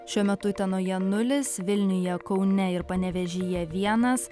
šiuo metu utenoje nulis vilniuje kaune ir panevėžyje vienas